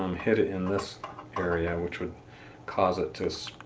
um hit it in this but area which would cause it to